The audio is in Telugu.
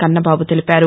కన్నబాబు తెలిపారు